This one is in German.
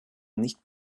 nicht